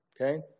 Okay